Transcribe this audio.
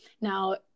Now